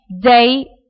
day